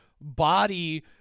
body